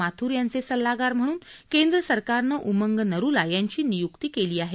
माथूर यांचे सल्लागार म्हणून केंद्र सरकारनं उमंग नरूला यांची नियुक्ती केली आहे